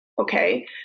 Okay